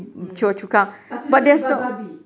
mm pasir ris pun ada babi